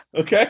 Okay